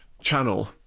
channel